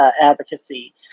Advocacy